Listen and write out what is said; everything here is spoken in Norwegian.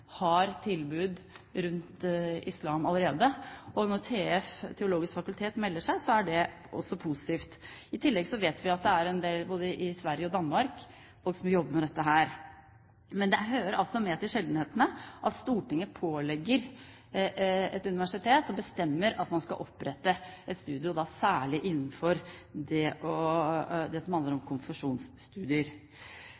har tilbud rundt islam allerede, og når TF – Det teologiske fakultet – melder seg, er det også positivt. I tillegg vet vi at det er en del folk både i Sverige og Danmark som jobber med dette. Men det hører altså med til sjeldenhetene at Stortinget pålegger et universitet at man skal opprette et studium, og da særlig innenfor det som handler om